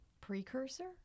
precursor